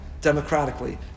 democratically